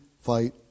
fight